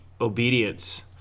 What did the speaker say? obedience